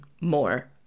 more